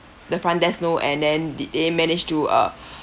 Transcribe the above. the front desk know and then did they manage to uh